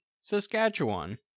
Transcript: Saskatchewan